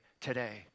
today